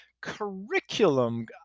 curriculum